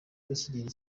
bakigera